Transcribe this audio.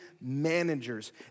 managers